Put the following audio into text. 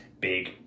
big